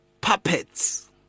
puppets